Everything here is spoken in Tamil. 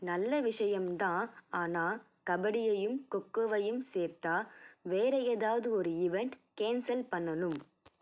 நல்ல விஷயம் தான் ஆனால் கபடியையும் கொக்கோவையும் சேர்த்தால் வேறு எதாவது ஒரு ஈவண்ட் கேன்ஸல் பண்ணணும்